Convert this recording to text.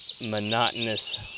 monotonous